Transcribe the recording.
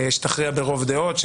שתכריע ברוב דעות,